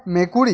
মেকুৰী